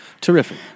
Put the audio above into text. Terrific